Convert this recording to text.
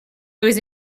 was